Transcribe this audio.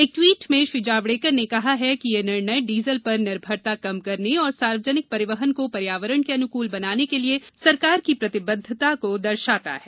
एक द्वीट में जावड़ेकर ने कहा है कि यह निर्णय डीजल पर निर्भरता कम करने और सार्वजनिक परिवहन को पर्यावरण के अनुकूल बनाने के लिए सरकार की प्रतिबद्वता को दर्शाता है